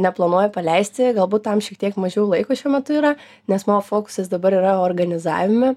neplanuoju paleisti galbūt tam šiek tiek mažiau laiko šiuo metu yra nes mano fokusas dabar yra organizavime